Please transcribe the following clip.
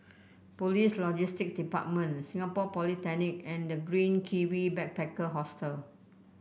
Police Logistics Department Singapore Polytechnic and The Green Kiwi Backpacker Hostel